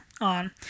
on